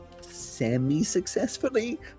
Semi-successfully